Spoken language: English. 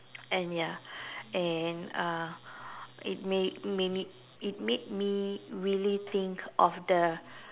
and ya and uh it made made me it made me really think of the